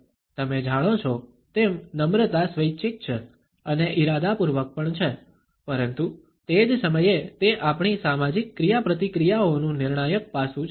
તમે જાણો છો તેમ નમ્રતા સ્વૈચ્છિક છે અને ઇરાદાપૂર્વક પણ છે પરંતુ તે જ સમયે તે આપણી સામાજિક ક્રિયાપ્રતિક્રિયાઓ નું નિર્ણાયક પાસું છે